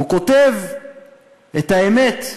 הוא כותב את האמת.